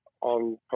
on